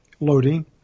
loading